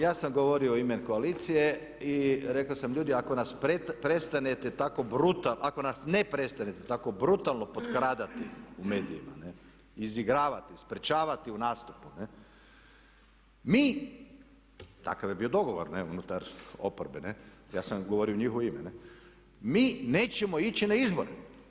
Ja sam govorio u ime koalicije i rekao sam, ljudi ako nas prestanete tako brutalno, ako ne prestanete tako brutalno potkradati u medijima, izigravati, sprječavati u nastupu mi takav je bio dogovor unutar oporbe, ja sam govorio u njihovo ime, mi nećemo ići na izbore.